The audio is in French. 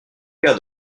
cas